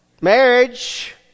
marriage